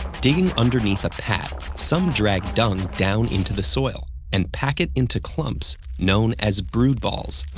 digging underneath a pat, some drag dung down into the soil and pack it into clumps known as brood balls,